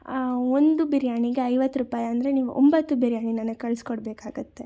ಒಂದು ಬಿರಿಯಾನಿಗೆ ಐವತ್ತು ರೂಪಾಯಿ ಅಂದರೆ ನೀವು ಒಂಬತ್ತು ಬಿರಿಯಾನಿ ನನಗೆ ಕಳಿಸ್ಕೊಡ್ಬೇಕಾಗತ್ತೆ